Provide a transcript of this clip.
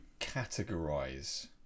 categorize